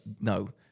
no